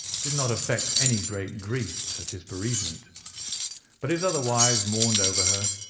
did not affect any great grief at his bereavement but his other wives mourned over her,